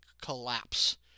collapse